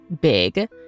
big